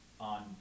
on